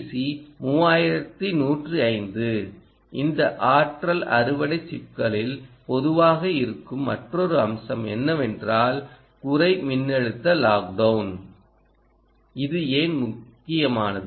C 3105 இந்த ஆற்றல் அறுவடை சிப்களில் பொதுவாக இருக்கும் மற்றொரு அம்சம் என்னவென்றால் குறை மின்னழுத்த லாக் டவுன் இது ஏன் முக்கியமானது